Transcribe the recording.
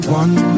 one